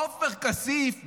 עופר כסיף,